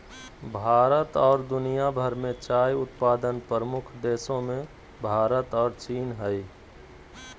भारत और दुनिया भर में चाय उत्पादन प्रमुख देशों मेंभारत और चीन हइ